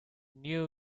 new